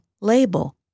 label